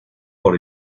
por